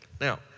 Now